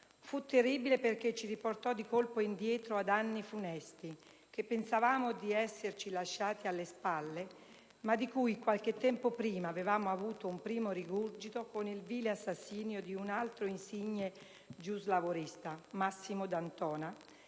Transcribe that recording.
Fu terribile perché ci riportò di colpo indietro ad anni funesti, che pensavamo di esserci lasciati alle spalle, ma di cui qualche tempo prima avevamo avuto un primo rigurgito con il vile assassinio di un altro insigne giuslavorista, Massimo D'Antona,